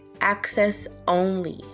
access-only